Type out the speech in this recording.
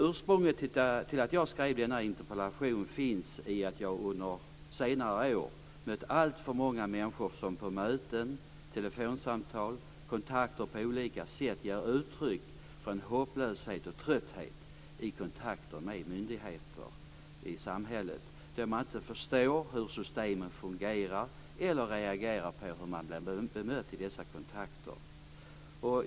Ursprunget till att jag skrev denna interpellation är att jag under senare år mött alltför många människor på möten, i telefonsamtal och genom kontakter på olika sätt som gett uttryck för en hopplöshet och trötthet i sina kontakter med myndigheter i samhället. Man förstår inte hur systemen fungerar eller man reagerar på hur man blir bemött vid dessa kontakter.